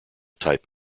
type